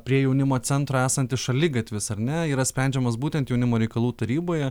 prie jaunimo centro esantis šaligatvis ar ne yra sprendžiamas būtent jaunimo reikalų taryboje